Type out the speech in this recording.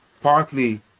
partly